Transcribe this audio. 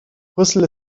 brüssel